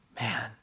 man